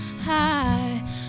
high